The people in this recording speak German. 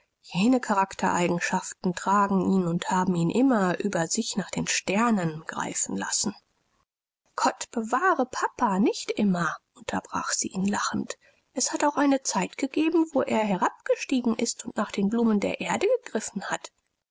jene charaktereigenschaften tragen ihn und haben ihn immer über sich nach den sternen greifen lassen gott bewahre papa nicht immer unterbrach sie ihn lachend es hat auch eine zeit gegeben wo er herabgestiegen ist und nach den blumen der erde gegriffen hat